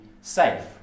safe